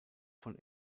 von